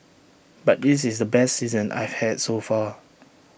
but this is the best season I've had so far